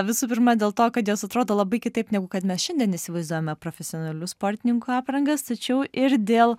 visų pirma dėl to kad jos atrodo labai kitaip negu kad mes šiandien įsivaizduojame profesionalių sportininkų aprangas tačiau ir dėl